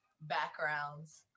backgrounds